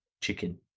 chicken